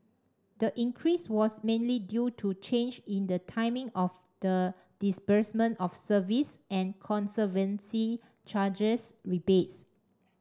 the increase was mainly due to change in the timing of the disbursement of service and conservancy charges rebates